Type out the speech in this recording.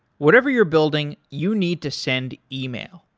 whatever you're building, you need to send yeah e-mail.